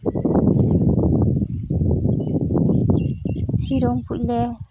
ᱥᱤᱨᱚᱢ ᱠᱚᱞᱮ